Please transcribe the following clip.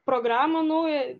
programą naują